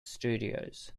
studios